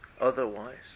otherwise